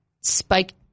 Spike